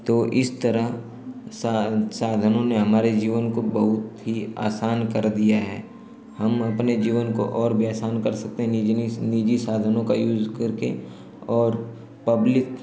तो इस तरह सा साधनों ने हमारे जीवन को बहुत ही आसान कर दिया है हम अपने जीवन को और भी आसान कर सकते हैं निजीनिस निजी साधनों का यूज करके और पब्लिक